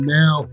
now